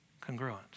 congruent